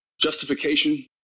justification